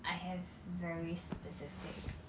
I have very specific